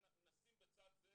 ונשים בצד זה